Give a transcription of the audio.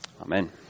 Amen